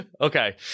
Okay